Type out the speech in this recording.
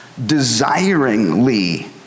desiringly